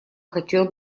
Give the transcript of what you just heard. хотел